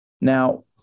now